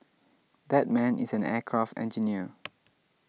that man is an aircraft engineer